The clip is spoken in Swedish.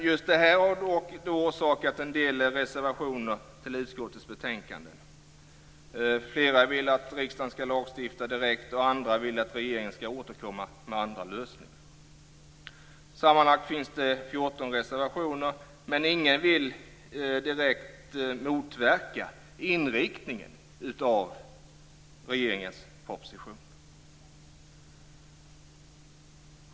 Just det här har orsakat en del reservationer till utskottets betänkande. Flera vill att riksdagen skall lagstifta direkt och andra vill att regeringen skall återkomma med andra lösningar. Sammanlagt finns det 14 reservationer, men ingen vill direkt motverka inriktningen på regeringens proposition.